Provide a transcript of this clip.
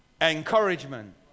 encouragement